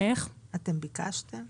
אתם ביקשתם עוד תקנים?